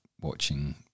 watching